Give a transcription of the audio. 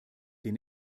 den